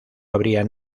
habría